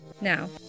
Now